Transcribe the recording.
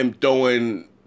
throwing